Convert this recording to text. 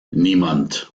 niemand